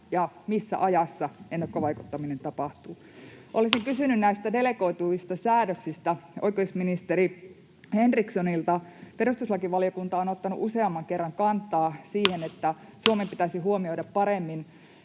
ja missä ajassa ennakkovaikuttaminen tapahtuu. Olisin kysynyt näistä delegoiduista säädöksistä oikeusministeri Henrikssonilta: Perustuslakivaliokunta on ottanut useamman kerran kantaa siihen, että Suomen pitäisi huomioida paremmin